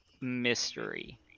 mystery